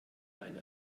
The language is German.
eine